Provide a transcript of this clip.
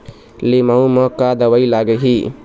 लिमाऊ मे का दवई लागिही?